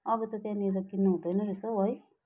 अब त त्यहाँनिर किन्नुहुँदैन रहेछ हौ है